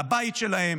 על הבית שלהם,